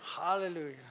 Hallelujah